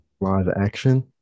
Live-action